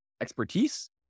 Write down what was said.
expertise